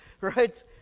right